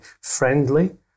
friendly